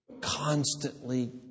Constantly